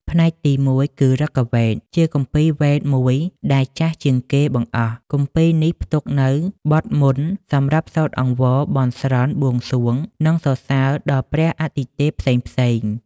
ផ្នែកទី១ គឺឫគវេទ ជាគម្ពីរវេទមួយដែលចាស់ជាងគេបង្អស់។ គម្ពីរនេះផ្ទុកនូវ បទមន្ត សម្រាប់សូត្រអង្វរ បន់ស្រន់ បួងសួង និងសរសើរដល់ព្រះអាទិទេពផ្សេងៗ។